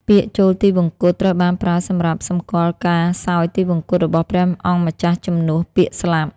ពាក្យ ចូលទិវង្គត ត្រូវបានប្រើសម្រាប់សម្គាល់ការសោយទីវង្គតរបស់ព្រះអង្គម្ចាស់ជំនួសពាក្យ ស្លាប់។